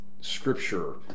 Scripture